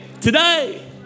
Today